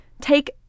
Take